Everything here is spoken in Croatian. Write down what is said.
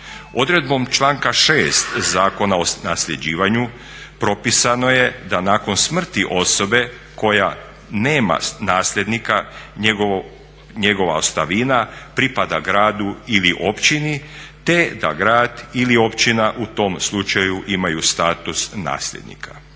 Odredbom članka 6. Zakona o nasljeđivanju propisano je da nakon smrti osobe koja nema nasljednika njegova ostavina pripada gradu ili općini te da grad ili općina u tom slučaju imaju status nasljednika.